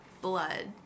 blood